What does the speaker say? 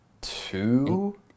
Two